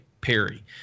Perry